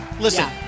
Listen